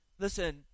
Listen